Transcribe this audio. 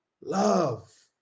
Love